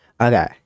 okay